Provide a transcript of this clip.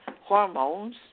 hormones